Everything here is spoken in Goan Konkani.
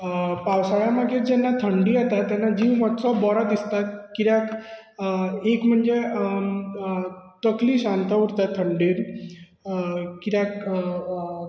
पावसाळ्यांत मागीर जेन्ना थंडी येता तेन्ना जीव मातसो बरो दिसता कित्याक एक म्हणजे तकली शांत उरता थंडेंत कित्याक